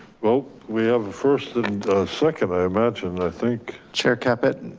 well, we have first and second, i imagine, i think. chair caput.